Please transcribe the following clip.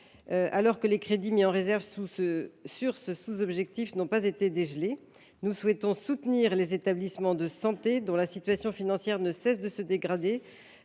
Alors que les crédits mis en réserve sur ce sous objectif n’ont pas été dégelés, nous souhaitons soutenir les établissements de santé, dont la situation financière ne cesse de se dégrader